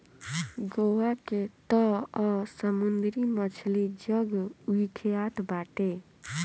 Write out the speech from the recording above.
गोवा के तअ समुंदरी मछली जग विख्यात बाटे